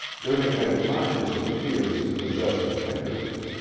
there had been times of fierce, possessive tenderness.